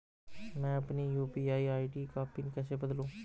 मैं अपनी UPI ID का पिन कैसे बदलूं?